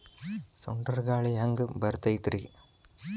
ಸುಂಟರ್ ಗಾಳಿ ಹ್ಯಾಂಗ್ ಬರ್ತೈತ್ರಿ?